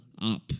up